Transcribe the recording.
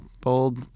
bold